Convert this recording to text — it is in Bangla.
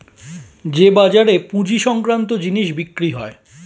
যে বাজারে পুঁজি সংক্রান্ত জিনিস বিক্রি হয়